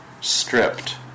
stripped